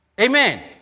Amen